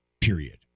period